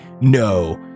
no